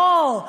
לא,